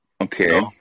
Okay